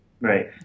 Right